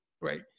right